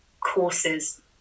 courses